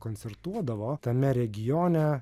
koncertuodavo tame regione